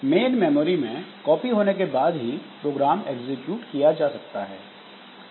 main memory में copy होने के बाद ही प्रोग्राम एग्जीक्यूट किया जा सकता है